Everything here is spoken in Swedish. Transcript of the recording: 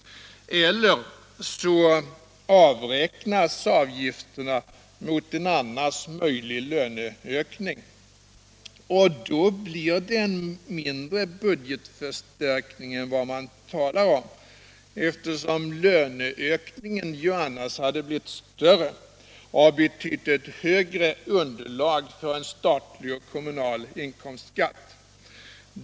Eller också avräknas avgifterna mot en annars möjlig löneökning, och då blir det en mindre budgetförstärkning än vad man talar om, eftersom löneökningen ju annars hade blivit större och betytt ett högre underlag för en statlig och kommunal inkomstskatt.